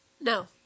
no